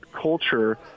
culture